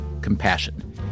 compassion